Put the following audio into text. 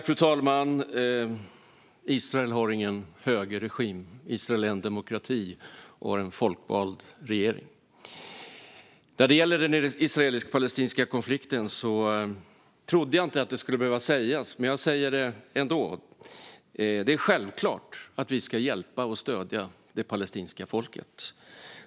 Fru talman! Israel har ingen högerregim. Israel är en demokrati och har en folkvald regering. När det gäller den israelisk-palestinska konflikten trodde jag inte att det skulle behöva sägas, men jag säger det ändå: Det är självklart att vi ska hjälpa och stödja det palestinska folket.